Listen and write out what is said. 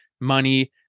money